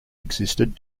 existed